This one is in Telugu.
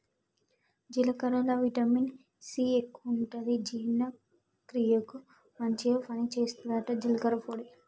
జీలకర్రల విటమిన్ సి ఎక్కువుంటది జీర్ణ క్రియకు మంచిగ పని చేస్తదట జీలకర్ర పొడి